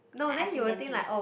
like I feel damn heng